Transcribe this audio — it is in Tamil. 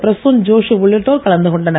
பிரசூன் ஜோஷி உள்ளிட்டோர் கலந்து கொண்டனர்